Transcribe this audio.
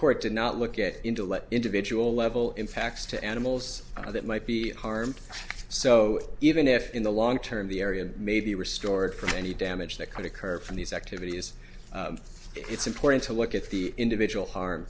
court did not look at intellect individual level impacts to animals that might be harmed so even if in the long term the area may be restored from any damage that could occur from these activities it's important to look at the individual harm